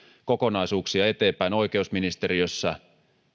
kokonaisuuksia eteenpäin oikeusministeriössä